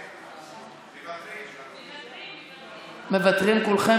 מוותרים כולכם?